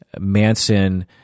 Manson